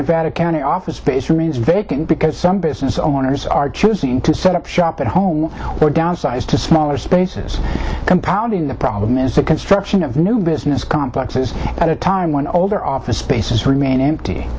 nevada county office space remains very good because some business owners are choosing to set up shop at home downsize to smaller spaces compounding the problem is the construction of new business complexes at a time when all their office spaces remain empty